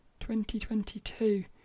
2022